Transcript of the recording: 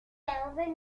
alvin